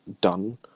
done